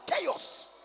chaos